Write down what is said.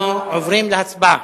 אנחנו עוברים להצבעה.